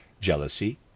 Jealousy